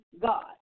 God